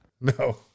No